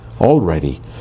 already